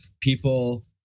people